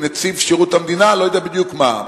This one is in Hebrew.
נציב שירות המדינה, לא יודע בדיוק מה.